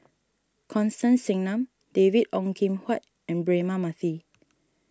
Constance Singam David Ong Kim Huat and Braema Mathi